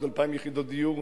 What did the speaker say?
עוד 2,000 יחידות דיור,